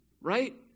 right